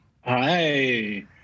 hi